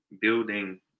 building